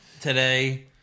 today